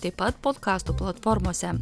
taip pat potkastų platformose